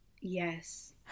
yes